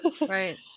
Right